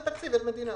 אין תקציב מדינה,